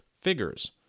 figures